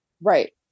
Right